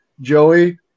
Joey